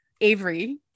Avery